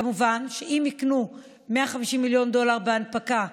כמובן שאם יקנו 150 מיליון דולר בהנפקה,